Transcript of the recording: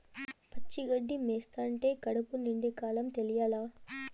పచ్చి గడ్డి మేస్తంటే కడుపు నిండే కాలం తెలియలా